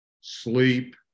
sleep